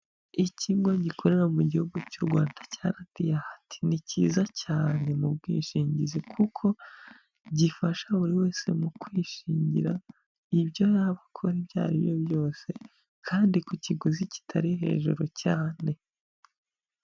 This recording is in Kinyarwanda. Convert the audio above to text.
Ikigo gikorera mu gihugu cy'u Rwanda cya radiyati , ni kiza cyane mu bwishingizi kuko gifasha buri wese mu kwishingira ibyo yaba akora ibyo aribyo byose kandi ku kiguzi kitari hejuru cyane.